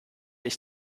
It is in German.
ich